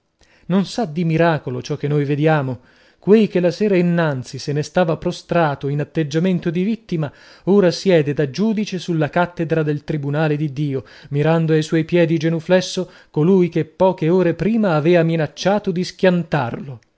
non sa di miracolo ciò che noi vediamo quei che la sera innanzi se ne stava prostrato in atteggiamento di vittima ora siede da giudice sulla cattedra del tribunale di dio mirando a suoi piedi genuflesso colui che poche ore prima avea minacciato di schiantarlo